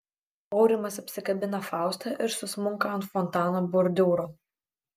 aurimas apsikabina faustą ir susmunka ant fontano bordiūro